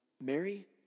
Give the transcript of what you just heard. Mary